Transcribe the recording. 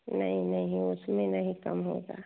नहीं नहीं उसमें नहीं कम होगा